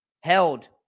held